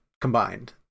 combined